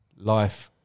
life